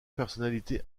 personnalités